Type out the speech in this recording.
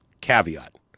caveat